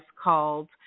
called